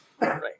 Right